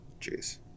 Jeez